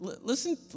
Listen